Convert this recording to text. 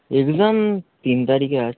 exam তিন তারিখে আছে